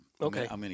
okay